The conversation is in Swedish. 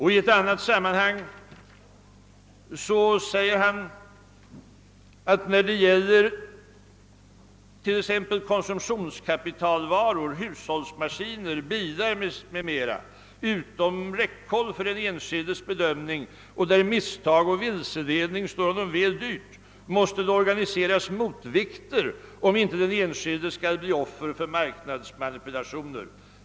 I ett annat sammanhang säger han att det för t.ex. konsumentkapitalvaror — hushållsmaskiner, bilar och liknande produkter — vilka ligger utom räckhåll för den enskildes bedömning och beträffande vilka misstag och vilseledande uppgifter kan stå konsumenten dyrt, måste organiseras motvikter så att den enskilde inte skall riskera att bli offer för marknadsmanipulationer.